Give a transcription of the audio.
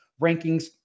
rankings